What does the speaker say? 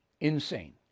insane